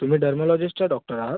तुम्ही डर्मिलॉजिस्टच्या डॉक्टर आहात